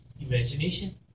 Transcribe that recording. imagination